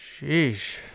sheesh